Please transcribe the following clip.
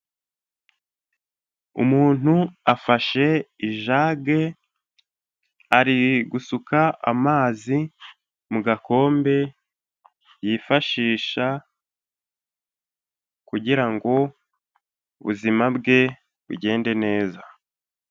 Umuntu afashe ijage ari gusuka amazi mu gakombe yifashisha, kugira ngo ubuzima bwe bugende neza.